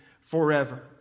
forever